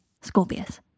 Scorpius